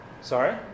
Sorry